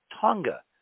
Tonga